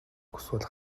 хүсвэл